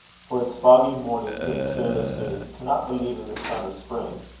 for its foggy mornings and cheerless noons cannot believe in the sun of spring,